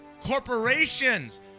corporations